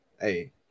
Hey